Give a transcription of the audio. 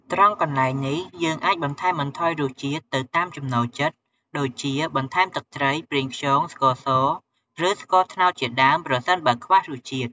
ត្រង់កន្លែងនេះ យើងអាចបន្ថែមបន្ថយរសជាតិទៅតាមចំណូលចិត្ត ដូចជា បន្ថែមទឹកត្រី ប្រេងខ្យង ស្ករស ឬ ស្ករត្នោតជាដើម ប្រសិនបើខ្វះរសជាតិ។